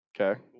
Okay